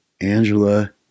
Angela